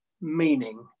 meaning